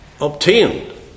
obtained